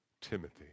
Timothy